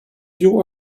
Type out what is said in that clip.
you